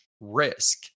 risk